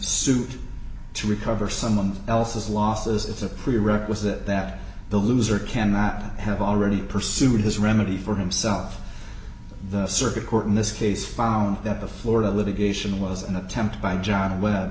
suit to recover someone else's losses it's a prerequisite that the loser cannot have already pursued this remedy for himself the circuit court in this case found that the florida litigation was an attempt by john webb